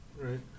right